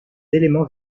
éléments